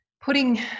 putting